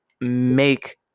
make